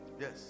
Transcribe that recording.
Yes